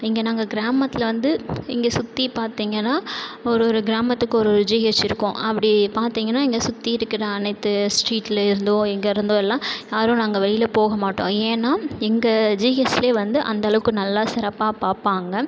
இங்கே நாங்கள் கிராமத்தில் வந்து இங்கே சுற்றி பார்த்திங்கன்னா ஒரொரு கிராமத்துக்கு ஒரொரு ஜிஹெச் இருக்கும் அப்படி பார்த்திங்கன்னா இங்கே சுற்றி இருக்கிற அனைத்து ஸ்ட்ரீட்லேர்ந்தோ எங்கேர்ந்தோலாம் யாரும் நாங்கள் வெளியில் போக மாட்டோம் ஏன்னா எங்கள் ஜிஹெச்சில் வந்து அந்தளவுக்கு நல்லா சிறப்பாக பார்ப்பாங்க